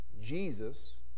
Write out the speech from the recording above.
Jesus